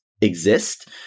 exist